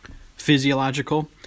physiological